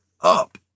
up